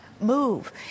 move